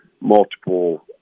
multiple